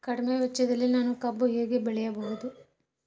ಕಡಿಮೆ ವೆಚ್ಚದಲ್ಲಿ ನಾನು ಕಬ್ಬು ಹೇಗೆ ಬೆಳೆಯಬಹುದು?